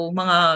mga